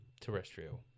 terrestrial